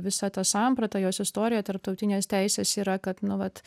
visa ta samprata jos istorija tarptautinės teisės yra kad nu vat